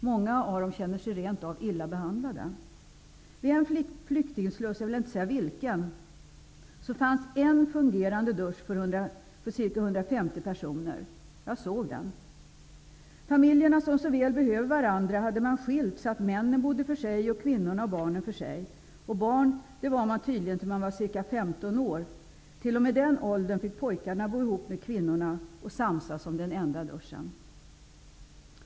Många av dem känner sig rent av illa behandlade. Vid en flyktingsluss -- jag vill inte säga vilken -- fanns det en fungerande dusch för ca 150 personer. Jag såg den. Familjemedlemmarna som så väl behöver varandra hade man skiljt åt, så att männen bodde för sig och kvinnorna och barnen för sig. Barn var man tydligen till man var ca 15 år. Pojkarna fick t.o.m. i den åldern bo ihop med kvinnorna och samsas om den enda duschen.